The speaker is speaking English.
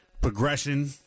Progression